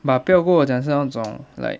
but 不要跟我讲是那种 like